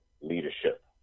leadership